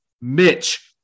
Mitch